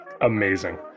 Amazing